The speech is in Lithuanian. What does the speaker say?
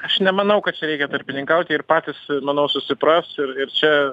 aš nemanau kad čia reikia tarpininkaut jie ir patys manau susipras ir ir čia